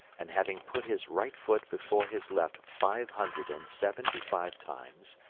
and having put his right foot before his left five hundred and seventy-five times,